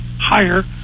higher